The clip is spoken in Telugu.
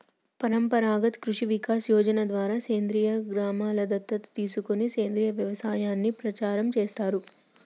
పరంపరాగత్ కృషి వికాస్ యోజన ద్వారా సేంద్రీయ గ్రామలను దత్తత తీసుకొని సేంద్రీయ వ్యవసాయాన్ని ప్రచారం చేస్తారు